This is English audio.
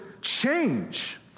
change